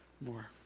more